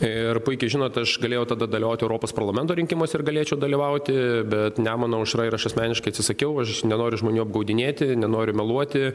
ir puikiai žinot aš galėjau tada dalyvaut europos parlamento rinkimuose ir galėčiau dalyvauti bet nemuno aušra ir aš asmeniškai atsisakiau aš nenoriu žmonių apgaudinėti nenoriu meluoti